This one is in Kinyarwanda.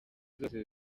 zose